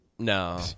No